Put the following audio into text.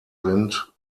sind